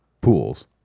pools